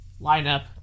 lineup